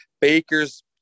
Baker's